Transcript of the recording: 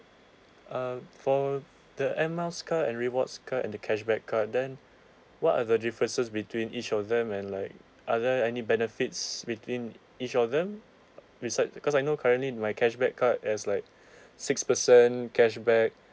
uh for the air miles card and rewards card and the cashback card then what are the differences between each of them and like are there any benefits between each of them besides because I know currently my cashback card has like six percent cashback